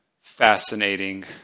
fascinating